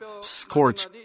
scorch